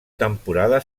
temporada